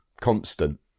constant